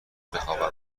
بخوابم